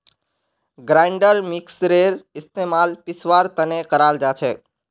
grinder मिक्सरेर इस्तमाल पीसवार तने कराल जाछेक